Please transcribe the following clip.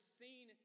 seen